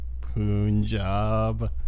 Punjab